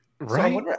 Right